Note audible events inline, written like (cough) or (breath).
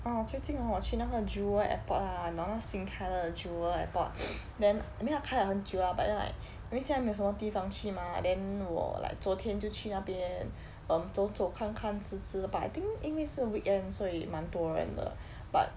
orh 最近 hor 我去那个 jewel airport lah 你懂那个新开的 jewel airport (breath) then I mean 他开了很久 lah 因为现在没有什么地方去 mah then 我 like 昨天就去那边 um 走走看看吃吃 but I think 因为是 weekend 所以蛮多人的 but